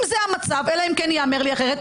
אם זה המצב, אלא אם כן ייאמר לי אחרת.